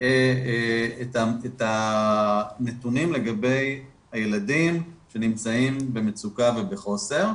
את הנתונים לגבי הילדים הנמצאים במצוקה ובחוסר,